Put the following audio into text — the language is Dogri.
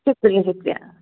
शुक्रिया शुक्रिया